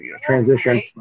transition